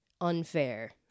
unfair